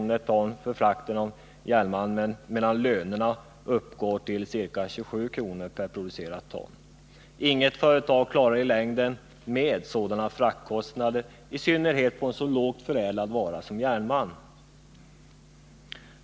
per ton för frakten av järnmalmen, medan lönerna uppgår till 27 kr. per producerat ton. Inget företag klarar i längden sådana fraktkostnader, i synnerhet inte när det gäller en så lågt förädlad vara som järnmalm.